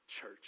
church